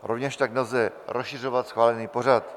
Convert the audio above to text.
Rovněž tak nelze rozšiřovat schválený pořad.